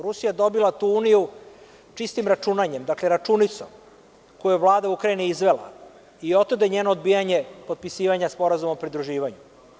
Rusija je dobila tu Uniju čistim računanjem, dakle računicom koju je Vlada Ukrajine izvela i otud njeno odbijanje potpisivanja Sporazuma o pridruživanju.